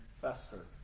fester